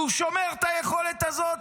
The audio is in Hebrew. והוא שומר את היכולת הזאת,